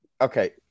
Okay